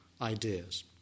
ideas